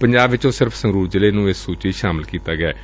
ਪੰਜਾਬ ਵਿੱਚੋ ਸਿਰਫ਼ ਸੰਗਰੂਰ ਜ਼ਿਲ੍ਹੇ ਨੂੰ ਇਸ ਸੂਚੀ ਵਿੱਚ ਸ਼ਾਮਲ ਕੀਤਾ ਗੈੈੈ